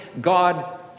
God